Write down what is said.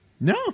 no